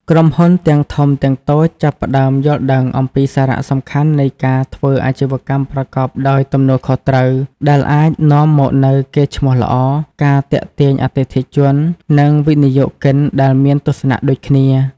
ក្រុមហ៊ុនទាំងធំទាំងតូចចាប់ផ្តើមយល់ដឹងអំពីសារៈសំខាន់នៃការធ្វើអាជីវកម្មប្រកបដោយទំនួលខុសត្រូវ ដែលអាចនាំមកនូវកេរ្តិ៍ឈ្មោះល្អ ការទាក់ទាញអតិថិជន និងវិនិយោគិនដែលមានទស្សនៈដូចគ្នា ។